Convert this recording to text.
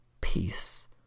peace